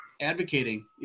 Advocating